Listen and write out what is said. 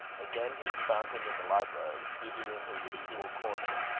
again hugh found him in the library, seated in his usual corner,